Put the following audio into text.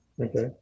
Okay